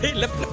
lips.